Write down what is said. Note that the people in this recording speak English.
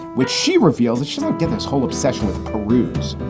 which she reveals that she like get this whole obsession with perus.